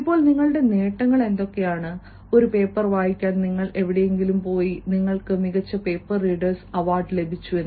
ഇപ്പോൾ നിങ്ങളുടെ നേട്ടങ്ങൾ എന്തൊക്കെയാണ് ഒരു പേപ്പർ വായിക്കാൻ നിങ്ങൾ എവിടെയെങ്കിലും പോയി നിങ്ങൾക്ക് മികച്ച പേപ്പർ റീഡേഴ്സ് അവാർഡ് ലഭിച്ചു